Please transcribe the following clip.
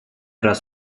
раз